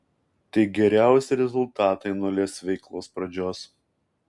tai geriausi rezultatai nuo lez veiklos pradžios